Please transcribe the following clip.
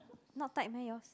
not tight meh yours